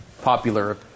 popular